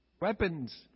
weapons